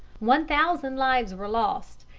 one thousand lives were lost,